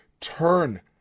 turn